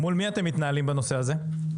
מול מי אתם מתנהלים בנושא הזה?